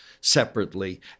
separately